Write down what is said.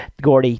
Gordy